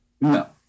No